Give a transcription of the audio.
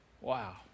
Wow